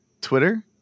Twitter